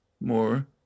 more